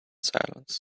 silence